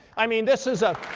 i mean this is a